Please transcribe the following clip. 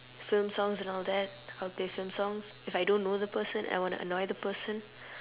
film songs and all that I'll play film songs if I don't know the person and I wanna annoy the person